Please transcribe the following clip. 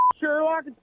Sherlock